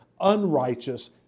unrighteous